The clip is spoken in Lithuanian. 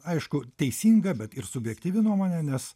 aišku teisinga bet ir subjektyvi nuomonė nes